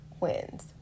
wins